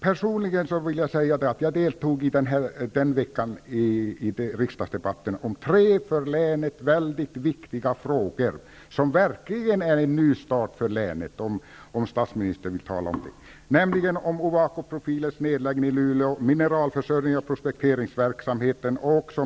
Personligen deltog jag den veckan i riksdagsdebatterna i tre för länet mycket viktiga frågor -- som verkligen är en nystart för länet, om statsministern vill tala om det -- nämligen om